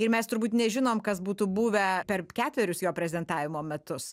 ir mes turbūt nežinom kas būtų buvę per ketverius jo prezidentavimo metus